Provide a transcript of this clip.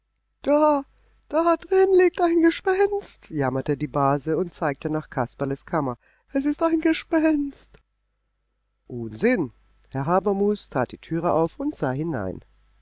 da da drin liegt ein gespenst jammerte die base und zeigte nach kasperles kammer es ist ein gespenst unsinn herr habermus tat die türe auf und sah hinein